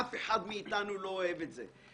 אף אחד מאיתנו לא אוהב את זה.